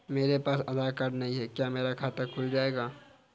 मेरे पास आधार कार्ड नहीं है क्या मेरा खाता खुल जाएगा?